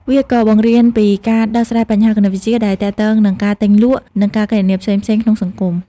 វាក៏បង្រៀនពីការដោះស្រាយបញ្ហាគណិតវិទ្យាដែលទាក់ទងនឹងការទិញលក់ និងការគណនាផ្សេងៗក្នុងសង្គម។